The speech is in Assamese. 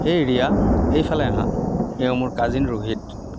হেই ৰিয়া এইফালে আহা এওঁ মোৰ কাজিন ৰোহিত